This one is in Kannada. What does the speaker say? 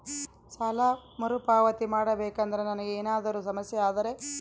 ಸಾಲ ಮರುಪಾವತಿ ಮಾಡಬೇಕಂದ್ರ ನನಗೆ ಏನಾದರೂ ಸಮಸ್ಯೆ ಆದರೆ?